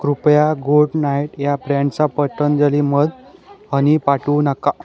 कृपया Good Knight या ब्रँडचा पतंजली मध हनी पाठवू नका